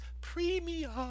Premium